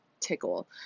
tickle